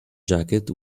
jacket